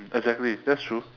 exactly that's true